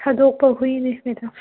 ꯊꯥꯗꯣꯛꯄ ꯍꯨꯏꯅꯤ ꯃꯦꯗꯥꯝ